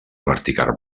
vertical